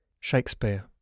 Shakespeare